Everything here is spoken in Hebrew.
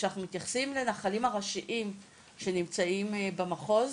כשאנחנו מתייחסים לנחלים ראשיים שנמצאים במחוז,